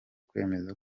kwemeza